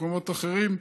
ממקומות אחרים,